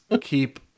keep